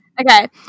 Okay